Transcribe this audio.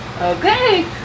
Okay